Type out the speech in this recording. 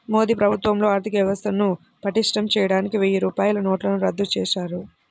మోదీ ప్రభుత్వంలో ఆర్ధికవ్యవస్థను పటిష్టం చేయడానికి వెయ్యి రూపాయల నోట్లను రద్దు చేశారు